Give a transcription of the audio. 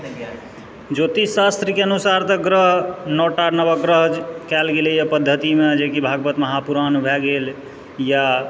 ज्योतिष शास्त्रके अनुसार तऽ ग्रह नओ टा नवग्रह कयल गेलैए पद्धतिमे जे कि भागवत महापुराण भए गेल या